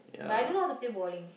but I don't know how to play bowling